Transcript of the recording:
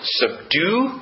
subdue